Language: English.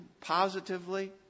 positively